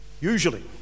Usually